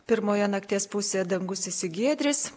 pirmoje nakties pusėje dangus išsigiedrys